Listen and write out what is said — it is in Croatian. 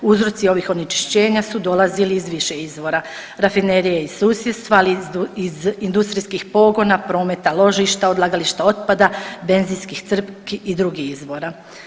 Uzroci ovih onečišćenja su dolazili iz više izvora, rafinerija iz susjedstva, ali i iz industrijskih pogona, prometa, ložišta, odlagališta otpada, benzinskih crpki i drugih izvora.